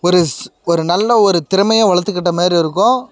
ஒரு ஸ் ஒரு நல்ல ஒரு திறமையை வளர்த்துக்கிட்ட மாரி இருக்கும்